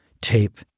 tape